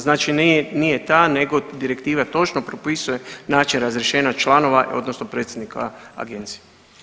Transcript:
Znači nije ta nego direktiva točno propisuje način razrješenja članova odnosno predsjednika agencije.